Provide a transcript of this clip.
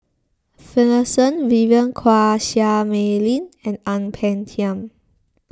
Finlayson Vivien Quahe Seah Mei Lin and Ang Peng Tiam